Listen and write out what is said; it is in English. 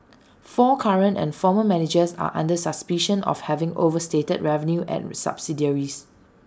four current and former managers are under suspicion of having overstated revenue at subsidiaries